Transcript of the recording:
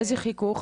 איזה חיכוך?